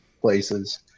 places